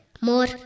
more